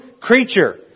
creature